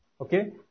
Okay